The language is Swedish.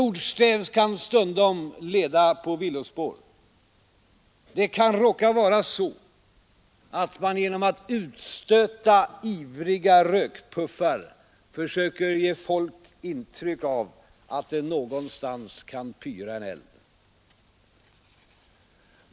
Ordstäv kan stundom leda på villospår. Det kan råka vara så att man genom att utstöta ivriga rökpuffar försöker ge folk intryck av att det någonstans kan pyra en eld.